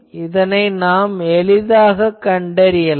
இதனை நாம் எளிதாகக் கண்டறியலாம்